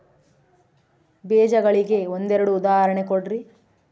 ಬೇಜಗಳಿಗೆ ಒಂದೆರಡು ಉದಾಹರಣೆ ಕೊಡ್ರಿ?